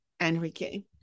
Enrique